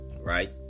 right